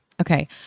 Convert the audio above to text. Okay